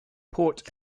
port